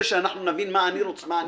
אני רוצה שנבין מה אני שואל.